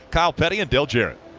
kyle petty and dale jarrett.